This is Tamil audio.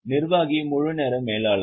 நிர்வாகி முழுநேர மேலாளர்கள்